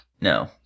No